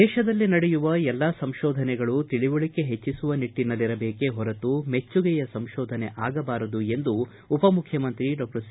ದೇಶದಲ್ಲಿ ನಡೆಯುವ ಎಲ್ಲಾ ಸಂಶೋಧನೆಗಳು ತಿಳುವಳಕೆ ಹೆಚ್ಚಿಸುವ ನಿಟ್ಟನಲ್ಲಿರಬೇಕೇ ಹೊರತು ಮೆಚ್ಚುಗೆಯ ಸಂಶೋಧನೆ ಆಗಬಾರದು ಎಂದು ಉಪಮುಖ್ಯಮಂತ್ರಿ ಡಾ ಸಿ